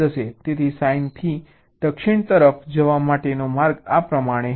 તેથી સાઈનથી દક્ષિણ તરફ જવા માટેનો માર્ગ આ પ્રમાણે હશે